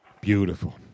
Beautiful